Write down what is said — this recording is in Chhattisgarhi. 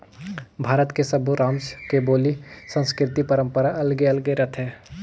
भारत के सब्बो रामज के बोली, संस्कृति, परंपरा अलगे अलगे रथे